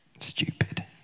Stupid